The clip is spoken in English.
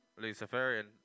Luciferian